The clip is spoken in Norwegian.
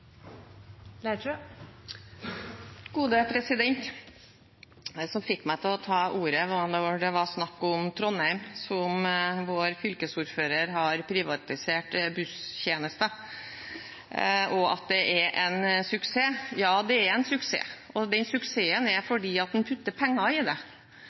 blinke. Det som fikk meg til å ta ordet, var at det var snakk om Trondheim, hvor vår fylkesordfører har privatisert busstjenester, og at det er en suksess. Ja, det er en suksess, og det er fordi man putter penger i det.